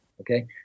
okay